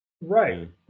Right